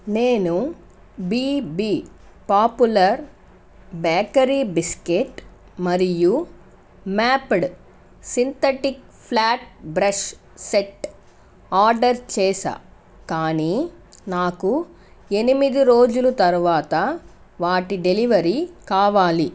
నేను BB popular bakery biscuit మరియు mapped synthetic flat brush set order చేశా కానీ నాకు ఎనిమిది రోజులు తరువాత వాటి డెలివరీ కావాలి